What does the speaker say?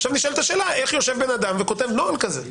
עכשיו נשאלת השאלה איך יושב בן אדם וכותב נוהל כזה?